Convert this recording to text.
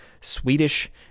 swedish